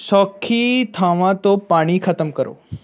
ਸੌਖੀ ਥਾਵਾਂ ਤੋਂ ਪਾਣੀ ਖਤਮ ਕਰੋ